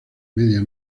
media